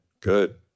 good